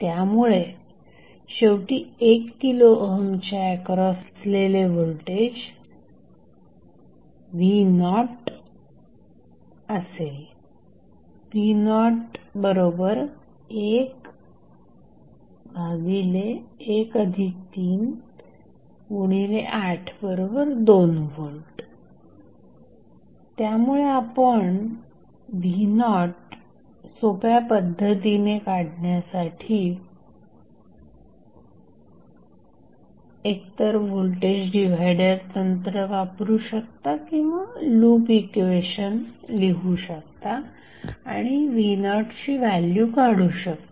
त्यामुळे शेवटी 1 किलो ओहमच्या एक्रॉस असलेला व्होल्टेज v0 असेल v011382V त्यामुळे आपणv0सोप्या पद्धतीने काढण्यासाठी एकतर व्होल्टेज डिव्हाइडर तंत्र वापरू शकता किंवा लूप इक्वेशन लिहू शकता आणि v0 ची व्हॅल्यू काढू शकता